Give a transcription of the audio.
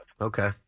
Okay